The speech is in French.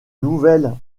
nouvel